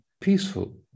peaceful